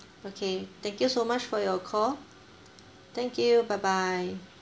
okay thank you so much for your call thank you bye bye